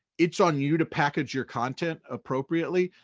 it's on you to package your content appropriately.